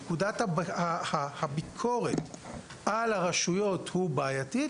נקודת הביקורת על רשויות היא בעייתית